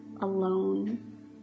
alone